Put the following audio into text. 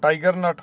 tiger nut